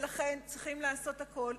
לכן צריכים לעשות הכול.